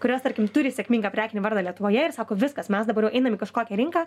kurios tarkim turi sėkmingą prekinį vardą lietuvoje ir sako viskas mes dabar jau einam į kažkokią rinką